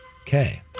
Okay